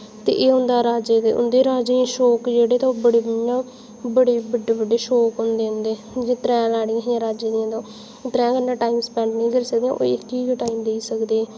ते एह् होंदा राजे दे उं'दे शौक जेह्ड़े ते ओह् बड़े इ'यां बड्डे बड्डे शौक होंदे उं'दे त्रै रानियां हियां राजे दियां ओह् त्रैं कन्नै टाइम स्पैंड नेईं करी सकदे इक कोई इक ई टाइम देई सकदे